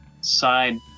Side